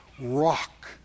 rock